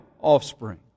offspring